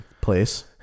place